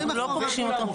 אנחנו לא פוגשים אותו.